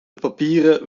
papieren